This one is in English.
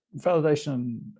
Validation